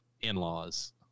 in-laws